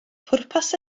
pwrpas